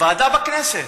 ועדה בכנסת.